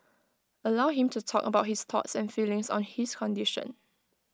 allow him to talk about his thoughts and feelings on his condition